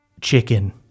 Chicken